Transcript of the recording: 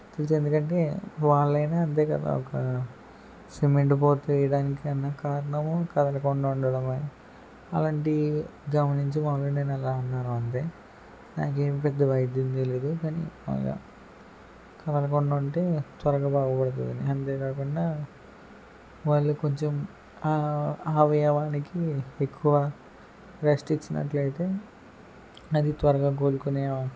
తెలుసు ఎందుకంటే వాళ్ళైనా అంతే కదా ఒక సిమెంట్ పోత ఎయ్యడానికన్నా కారణము కదలకుండా ఉండడమే అలాంటివి గమనించి వాళ్ళని నేను అలా అన్నాను అంతే నాకేం పెద్ద వైద్యం తెలియదు కానీ బాగా కదలకుండా ఉంటే త్వరగా బాగుపడతుంది అంతేకాకుండా వాళ్లకు కొంచెం అవయవానికి ఎక్కువ రెస్ట్ ఇచ్చినట్లయితే అది త్వరగా కోలుకునే